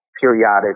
periodic